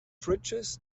fridges